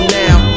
now